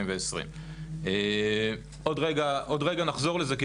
עוד רגע נחזור לזה,